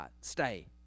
stay